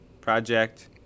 project